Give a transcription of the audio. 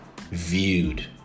viewed